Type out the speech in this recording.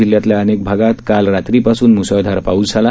जिल्ह्यातल्या अनेक भागात काल रात्रापासून मुसळधार पाऊस झाला